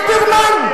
ליברמן,